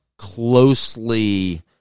Closely